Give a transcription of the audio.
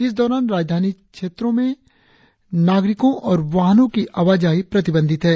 इस दौरान राजधानी क्षेत्रों में नागरिकों और वाहनों की आवाजाही प्रतिबंधित है